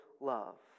love